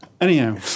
Anyhow